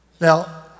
Now